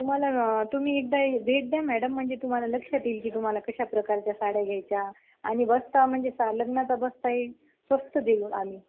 तुम्हाला तुम्ही एकदा भेट द्या मॅडम म्हणजे तुम्हाला लक्षात येईल की तुम्हाला कशा प्रकारच्या साड्या घ्यायच्या आणि बस्ता म्हणजे सा लग्नाचा बस्ता ही स्वस्त देऊ आम्ही